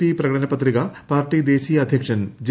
P പ്രകട്ടന് പത്രിക പാർട്ടി ദേശീയ അദ്ധ്യക്ഷൻ ജെ